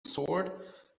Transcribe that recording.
sword